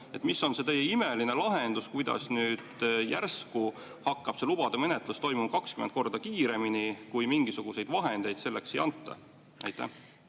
Mis on see teie imeline lahendus? Kuidas nüüd järsku hakkab lubade menetlus toimuma 20 korda kiiremini, kui mingisuguseid vahendeid selleks ei anta? Aitäh,